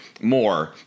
more